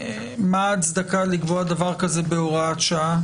מה ההצדקה לקבוע דבר כזה בהוראת שעה,